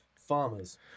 farmers